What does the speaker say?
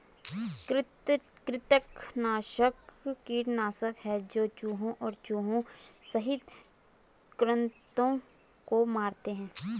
कृंतकनाशक कीटनाशक है जो चूहों और चूहों सहित कृन्तकों को मारते है